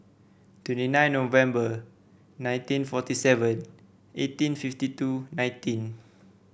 twenty nine November nineteen forty seven eighteen fifty two nineteen